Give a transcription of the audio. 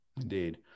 indeed